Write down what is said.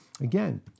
Again